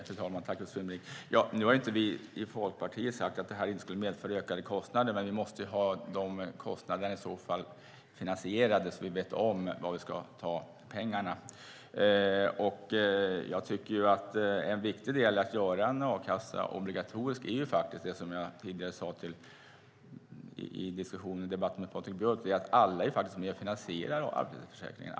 Fru talman! Nu har inte vi i Folkpartiet sagt att det här inte skulle medföra ökade kostnader, men vi måste i så fall ha de kostnaderna finansierade så att vi vet varifrån vi ska ta pengarna. En viktig del i att göra en a-kassa obligatorisk är det som jag tidigare sade i debatten med Patrik Björck att alla faktiskt är med och finansierar arbetslöshetsförsäkringen.